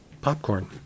popcorn